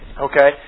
okay